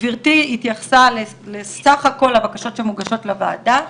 גברתי התייחסה לסך כל הבקשות המוגשות לוועדה.